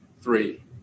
three